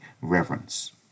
reverence